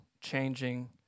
changing